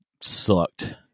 sucked